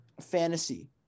fantasy